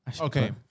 Okay